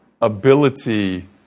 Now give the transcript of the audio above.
Ability